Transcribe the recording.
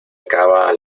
acaba